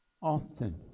often